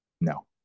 No